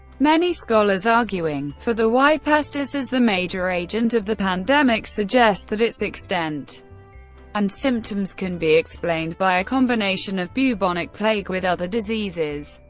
many scholars arguing for the y. pestis as as the major agent of the pandemic suggest that its extent and symptoms can be explained by a combination of bubonic plague with other diseases,